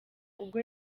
ubwo